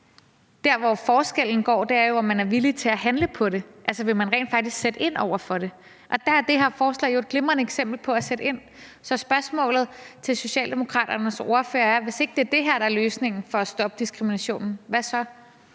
Der, hvor forskellen er, er jo, om man er villig til at handle på det. Altså, vil man rent faktisk sætte ind over for det? Og der er det her forslag jo et glimrende eksempel på at sætte ind. Så spørgsmålet til Socialdemokraternes ordfører er: Hvis ikke det er det her, der er løsningen i forhold til at stoppe diskriminationen, hvad så?